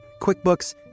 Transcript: QuickBooks